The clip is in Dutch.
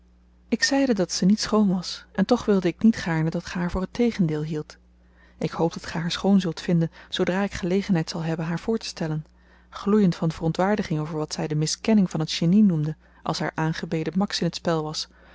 ik zeide dat ze niet schoon was en toch wilde ik niet gaarne dat ge haar voor het tegendeel hieldt ik hoop dat ge haar schoon vinden zult zoodra ik gelegenheid zal hebben haar voortestellen gloeiend van verontwaardiging over wat zy de miskenning van t genie noemde als haar aangebeden max in t spel was